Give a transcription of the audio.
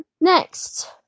Next